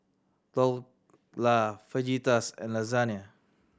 Dhokla Fajitas and Lasagne